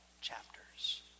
chapters